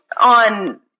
on